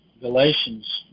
Galatians